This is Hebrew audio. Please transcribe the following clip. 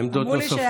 עמדות נוספות.